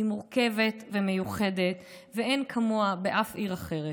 היא מורכבת ומיוחדת, ואין כמוה באף עיר אחרת.